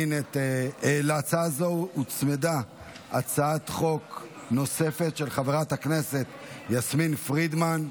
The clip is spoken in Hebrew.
להצעה זו הוצמדה הצעת חוק נוספת של חברת הכנסת יסמין פרידמן.